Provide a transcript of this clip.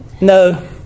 No